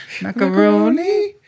Macaroni